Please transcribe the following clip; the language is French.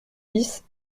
six